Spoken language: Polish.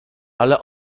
ale